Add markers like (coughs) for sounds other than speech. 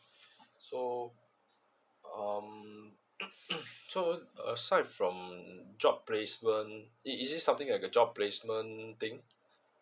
so um (coughs) so aside from job placement is is it something like a job placement thing